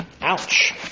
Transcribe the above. Ouch